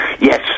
Yes